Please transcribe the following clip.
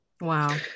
Wow